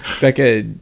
Becca